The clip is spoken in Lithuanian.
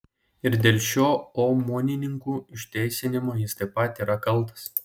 ir dėl šio omonininkų išteisinimo jis taip pat yra kaltas